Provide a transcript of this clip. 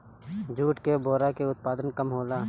jute के बोरा के उत्पादन कम होला